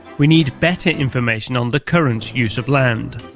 we need better information on the current use of land.